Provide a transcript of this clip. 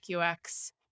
UX